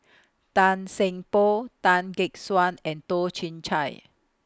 Tan Seng Poh Tan Gek Suan and Toh Chin Chye